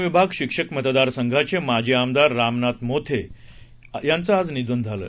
कोकण विभाग शिक्षक मतदार संघाचे माजी आमदार रामनाथ मोते यांचं आज निधन झालं